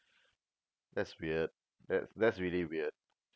that's weird that that's really weird